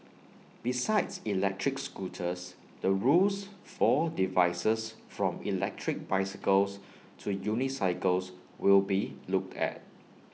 besides electric scooters the rules for devices from electric bicycles to unicycles will be looked at